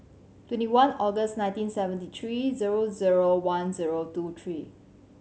twenty one August nineteen seventy three zero zero one zero two three